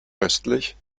östlich